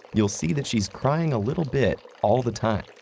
you'll see that she's crying a little bit all the time.